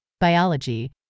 biology